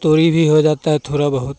तोरई भी हो जाता है थोड़ा बहुत